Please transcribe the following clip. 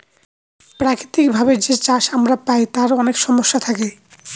প্রাকৃতিক ভাবে যে চাষ আমরা পায় তার অনেক সমস্যা থাকে